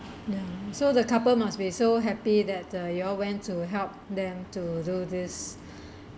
ya so the couple must be so happy that uh you all went to help them to do this